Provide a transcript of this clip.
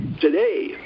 today